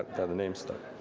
how the name stuck.